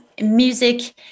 music